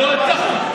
לא הצלחת.